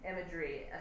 imagery